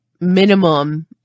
minimum